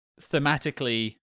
thematically